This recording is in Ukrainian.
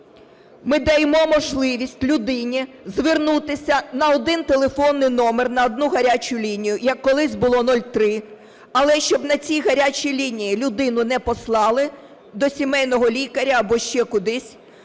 ми даємо можливість людині звернутися на один телефонний номер, на одну "гарячу лінію", як колись було "03", але щоб на цій "гарячій лінії" людину не послали до сімейного лікаря або ще кудись,